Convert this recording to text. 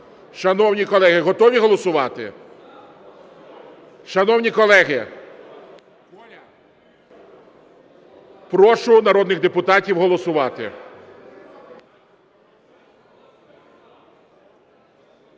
Шановні колеги, готові голосувати? Шановні колеги, прошу народних депутатів голосувати.